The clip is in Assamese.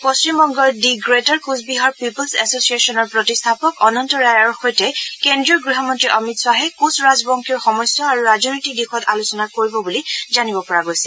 পশ্চিমবংগৰ দি গ্ৰেটাৰ কোচবিহাৰ পিপলছ এচচিয়েছনৰ প্ৰতিষ্ঠাপক অনন্ত ৰায়ৰ সৈতে কেন্দ্ৰীয় গৃহমন্ত্ৰী অমিত খাহে কোচৰাজবংশীৰ সমস্যা আৰু ৰাজনৈতিক দিশত আলোচনা কৰিব বুলি জানিব পৰা গৈছে